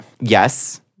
yes